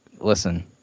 Listen